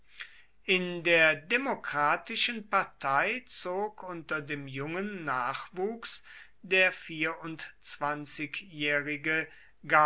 in der demokratischen partei zog unter dem jungen nachwuchs der vierundzwanzigjährige